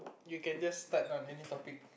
you can just start on any topic